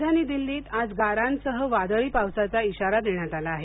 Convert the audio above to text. राजधानी दिल्लीत आज गारांसह वादळी पावसाचा इशारा देण्यात आला आहे